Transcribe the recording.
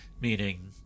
Meaning